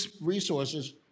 resources